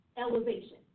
elevation